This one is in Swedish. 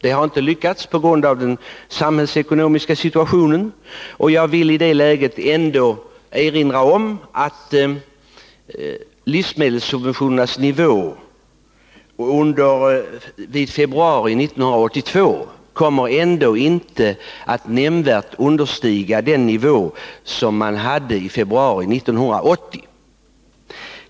Det har inte lyckats på grund av den samhällsekonomiska situationen. Men jag vill i det läget ändå erinra om att livsmedelssubventio nernas nivå i februari 1982 inte kommer att nämnvärt understiga den nivå som var aktuell i februari 1980.